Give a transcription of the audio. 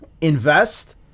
invest